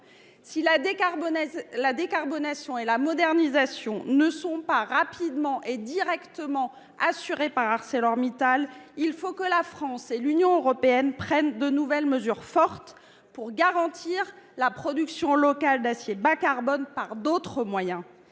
Si la décarbonation et la modernisation ne sont pas rapidement et directement assurés par ArcelorMittal, il faut que la France et l'Union européenne prennent de nouvelles mesures fortes pour garantir la production locale d'acier bas carbone par d'autres moyens,